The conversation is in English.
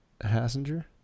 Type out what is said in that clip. Hassinger